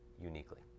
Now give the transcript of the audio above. uniquely